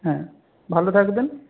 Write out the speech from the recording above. হ্যাঁ ভালো থাকবেন